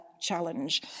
challenge